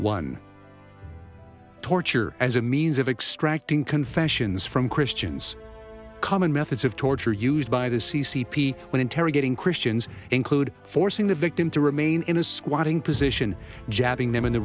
one torture as a means of extracting confessions from christians common methods of torture used by the c c p when interrogating christians include forcing the victim to remain in a squatting position jabbing them in the